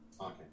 Okay